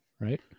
Right